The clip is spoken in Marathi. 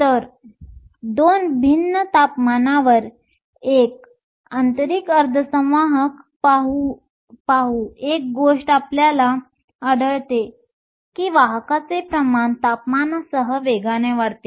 तर 2 भिन्न तापमानांवर एक आंतरिक अर्धवाहक पाहू एक गोष्ट आपल्याला आढळते की वाहकाचे प्रमाण तापमानासह वेगाने वाढते